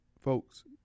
folks